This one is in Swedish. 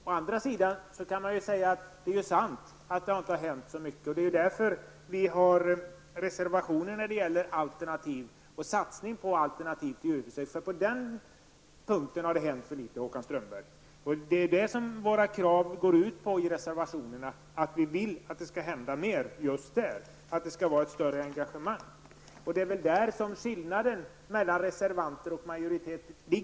Å andra sidan är det sant att det inte har hänt så mycket, annars skulle det inte finnas några reservationer om alternativ och satsning på alternativa djurförsök. På den punkten har det hänt för litet, Håkan Strömberg. Våra krav i reservationerna går ut på att vi vill att det skall hända mer och att vi vill ha ett större engagemang. Däri ligger skillnaden mellan majoriteten och reservanterna.